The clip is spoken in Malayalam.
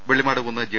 വെള്ളിമാട്കുന്ന് ജെ